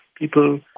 People